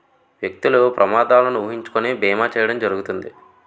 వ్యక్తులు ప్రమాదాలను ఊహించుకొని బీమా చేయడం జరుగుతుంది